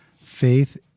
faith